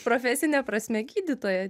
profesine prasme gydytoja